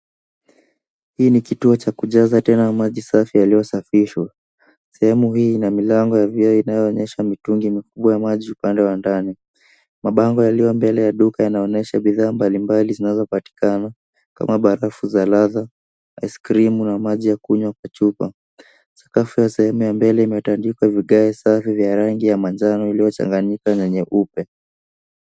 Hii ni kituo cha kujaza tena maji safi yaliyosafishwa. Sehemu hii ina milango ya vioo inayoonyesha mitungi mikubwa ya maji upande wa ndani. Mabango yaliyo mbele ya duka yanaonyesha bidhaa mbalimbali zinazopatikana kama barafu za ladha, aiskrimu na maji ya kunywa kwa chupa. Sakafu ya sehemu ya mbele imetandikwa vigae safi vya rangi ya njano iliyochanganyika na nyeupe.